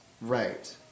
Right